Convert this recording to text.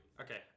Okay